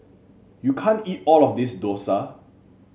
you can't eat all of this dosa